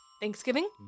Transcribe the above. Thanksgiving